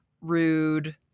rude